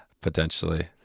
potentially